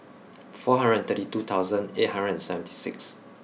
four hundred and thirty two thousand eight hundred and seventy six